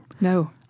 No